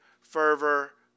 fervor